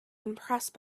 impressed